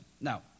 Now